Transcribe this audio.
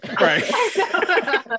Right